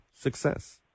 success